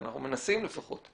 אנחנו מנסים לפחות.